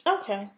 Okay